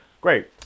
Great